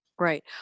Right